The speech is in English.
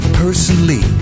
personally